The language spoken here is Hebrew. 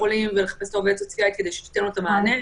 חולים ולהכניס עובדת סוציאלית כדי שתיתן לו את המענה.